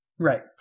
Right